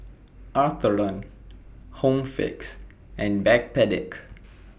Atherton Home Fix and Backpedic